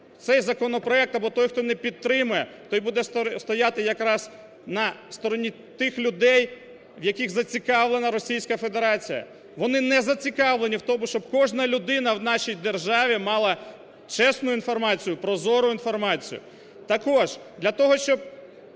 цей законопроект, або той, хто не підтримує, той буде стояти якраз на стороні тих людей, в яких зацікавлена Російська Федерація. Вони не зацікавлені в тому, щоб кожна людина в нашій державі мала чесну інформацію, прозору інформацію. Також для того, щоб